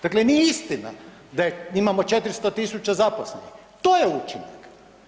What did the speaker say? Dakle, nije istina da je, imamo 400.000 zaposlenih, to je učinak.